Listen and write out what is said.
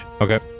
Okay